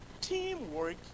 teamwork